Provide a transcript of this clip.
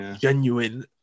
Genuine